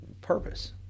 purpose